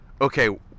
okay